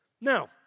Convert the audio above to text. Now